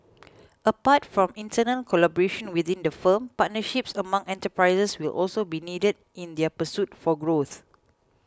apart from internal collaboration within the firm partnerships among enterprises will also be needed in their pursuit for growth